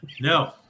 No